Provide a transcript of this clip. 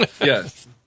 Yes